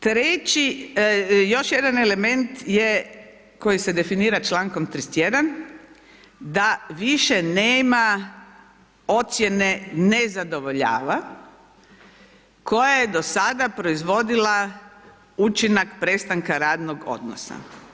Treći, još jedan element je koji se definira čl. 31. da više nema ocjene nezadovoljavan, koja je do sada proizvodila učinak prestanka radnog odnosa.